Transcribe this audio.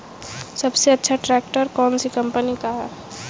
सबसे अच्छा ट्रैक्टर कौन सी कम्पनी का है?